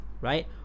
right